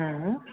हूँ